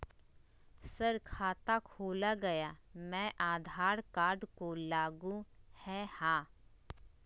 Sir खाता खोला गया मैं आधार कार्ड को लागू है हां?